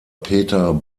peter